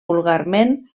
vulgarment